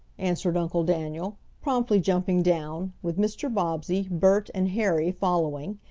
answered uncle daniel, promptly jumping down, with mr. bobbsey, bert, and harry following.